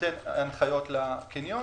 הנחיות לקניון,